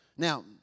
Now